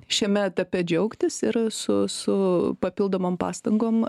šiame etape džiaugtis ir su su papildomom pastangom